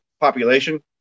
population